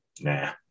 nah